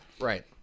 right